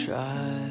Try